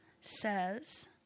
says